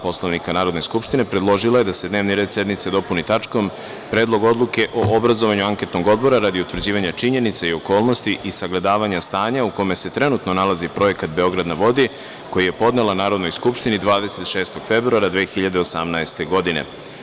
Poslovnika Narodne skupštine, predložila je da se dnevni red sednice dopuni tačkom – Predlog odluke o obrazovanju anketnog odbora radi utvrđivanja činjenica i okolnosti i sagledavanja stanja u kome se trenutno nalazi projekat „Beograd na vodi“, koji je podnela Narodnoj skupštini 26. februara 2018. godine.